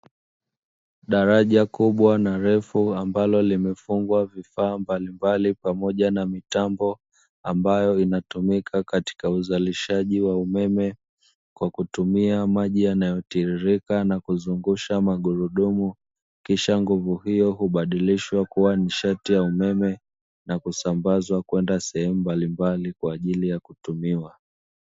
Daraja kubwa na refu ambalo limefungwa vifaa mbalimbali pamoja na mitambo ambayo inatumika katika uzalishaji wa umeme, kwa kutumia maji yanayotiririka na kuzungusha magurudumu kisha nguvu hiyo hubadilishwa kuwa nishati ya umeme na kusambazwa sehemu mbalimbali kwa ajili ya kutumiwa.